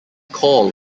call